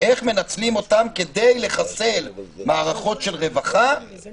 כדי לחסל מערכות של רווחה ואת